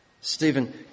Stephen